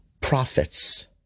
prophets